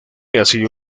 hacía